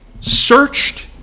searched